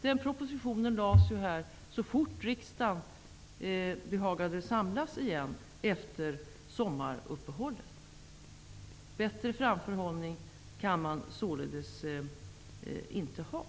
Den propositionen överlämnades så fort riksdagen behagade samlas igen efter sommaruppehållet. Bättre framförhållning kan man således inte ha.